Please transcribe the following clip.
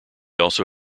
also